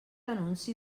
anunci